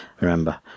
remember